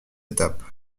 étapes